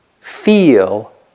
feel